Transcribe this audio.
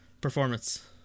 performance